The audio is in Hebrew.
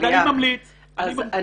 אז אני ממליץ --- אני ממליצה